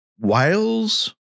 whales